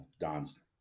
Don's